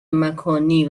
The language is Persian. مکانی